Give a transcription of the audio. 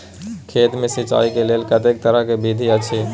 खेत मे सिंचाई के लेल कतेक तरह के विधी अछि?